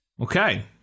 okay